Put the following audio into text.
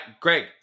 Greg